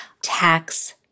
tax